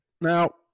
Now